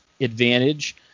advantage